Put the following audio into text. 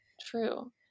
True